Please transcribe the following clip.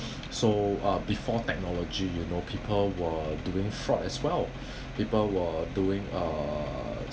so uh before technology you know people were doing fraud as well people were doing uh